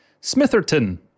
Smitherton